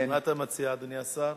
מה אתה מציע, אדוני השר?